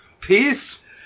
Peace